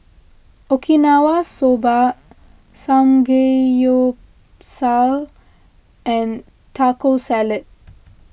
Okinawa Soba Samgeyopsal and Taco Salad